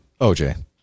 OJ